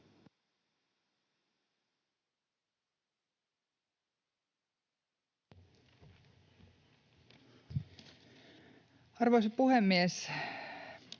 Arvoisa puhemies!